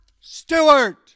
Stewart